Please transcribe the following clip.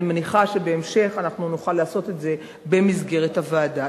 אני מניחה שבהמשך אנחנו נוכל לעשות את זה במסגרת הוועדה.